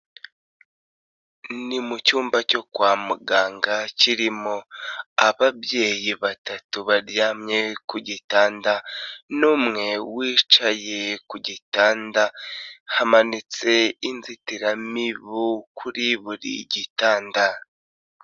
Ni mu cyumba cyo kwa muganga kirimo ababyeyi batatu baryamye ku gitanda n'umwe wicaye ku gitanda, hamanitse inzitiramibu kuri buri gitanda.